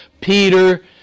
Peter